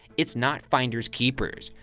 it's not finders keepers.